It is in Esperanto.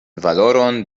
valoron